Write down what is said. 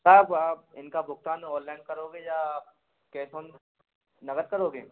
साहब आप इनका भुगतान ऑनलाइन करोगे या आप कैस ऑन नग़द करोगे